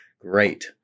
great